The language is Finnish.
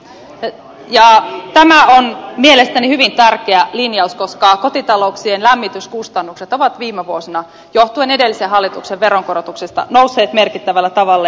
tämä on mielestäni hyvin tärkeä linjaus koska kotitalouksien lämmityskustannukset ovat viime vuosina johtuen edellisen hallituksen veronkorotuksista nousseet merkittävällä tavalla